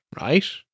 right